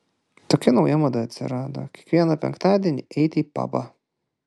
tokia nauja mada atsirado kiekvieną penktadienį eiti į pabą